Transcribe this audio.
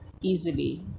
easily